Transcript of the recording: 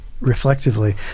reflectively